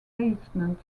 replacement